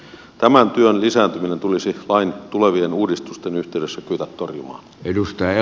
tämän työn lisääntyminen tulisi lain tulevien uudistusten yhteydessä kyetä torjumaan